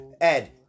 Ed